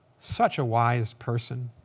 such a wise person,